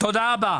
תודה רבה.